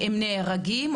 שנהרגים,